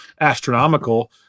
astronomical